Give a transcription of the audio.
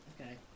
Okay